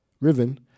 Riven